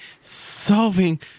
solving